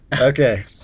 Okay